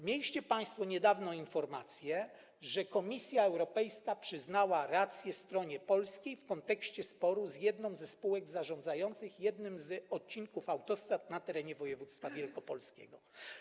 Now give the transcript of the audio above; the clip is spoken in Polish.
Mieliście państwo niedawno informację, że Komisja Europejska przyznała rację stronie polskiej w kontekście sporu z jedną ze spółek zarządzających jednym z odcinków autostrad na terenie województwa wielkopolskiego.